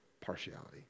partiality